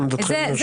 עמדתכם נרשמה.